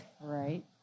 Right